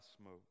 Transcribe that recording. smoke